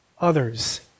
others